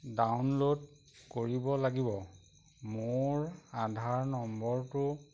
download কৰিব লাগিব মোৰ আধাৰ নম্বৰটো